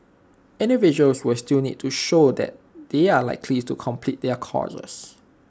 individuals will still need to show that they are likely to complete their courses